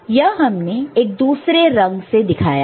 यह हमने एक दूसरे रंग से दिखाया है